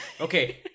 Okay